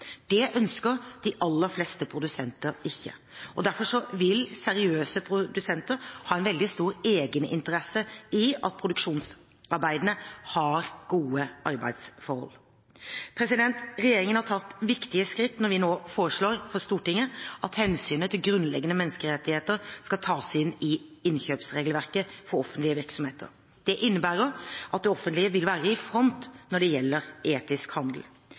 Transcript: Det ønsker de aller fleste produsenter ikke. Derfor vil seriøse produsenter ha en veldig stor egeninteresse av at produksjonsarbeiderne har gode arbeidsforhold. Regjeringen har tatt viktige skritt når den nå foreslår for Stortinget at hensynet til grunnleggende menneskerettigheter skal tas inn i innkjøpsregelverket for offentlige virksomheter. Det innebærer at det offentlige vil være i front når det gjelder etisk handel.